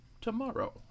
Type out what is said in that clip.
tomorrow